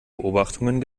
beobachtungen